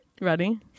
Ready